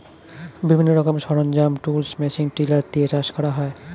বিভিন্ন রকমের সরঞ্জাম, টুলস, মেশিন টিলার দিয়ে চাষ করা হয়